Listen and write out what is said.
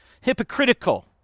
hypocritical